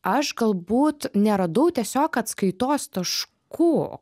aš galbūt neradau tiesiog atskaitos taškų